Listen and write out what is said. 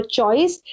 choice